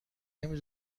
نمی